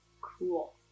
Cool